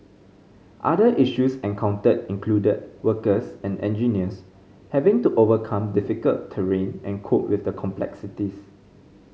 other issues encountered included workers and engineers having to overcome difficult terrain and cope with the complexities